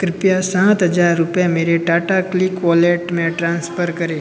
कृपया सात हज़ार रुपये मेरे टाटा क्लिक वॉलेट में ट्रांसफर करें